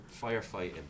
firefighting